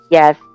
Yes